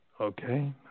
Okay